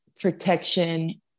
protection